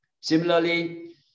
Similarly